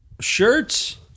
shirts